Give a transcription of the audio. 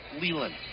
Leland